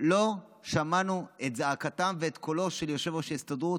לא שמענו את זעקתם ואת קולו של יושב-ראש ההסתדרות,